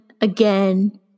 again